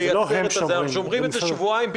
אנחנו שומרים את זה שבועיים.